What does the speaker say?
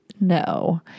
no